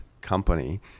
company